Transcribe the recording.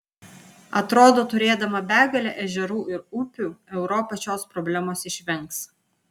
atrodo turėdama begalę ežerų ir upių europa šios problemos išvengs